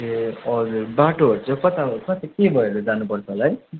ए हजुर बाटोहरू चाहिँ कता कति के भएर जानुपर्छ होला है